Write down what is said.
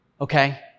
Okay